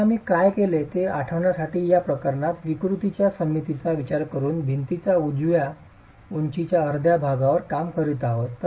पुन्हा आम्ही काय केले ते आठवण्यासाठी या प्रकरणात विकृतीच्या सममितीचा विचार करून भिंतीच्या उजव्या उंचीच्या अर्ध्या भागावर काम करीत आहोत